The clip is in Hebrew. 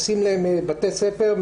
עושים להם בתי ספר,